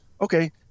okay